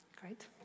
Great